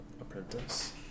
apprentice